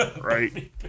right